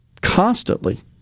constantly